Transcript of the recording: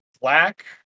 black